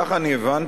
ככה אני הבנתי,